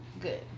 good